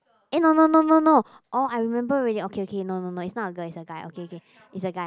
eh no no no no no orh I remember already okay okay no no no it's not a girl is a guy okay okay is a guy